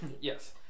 Yes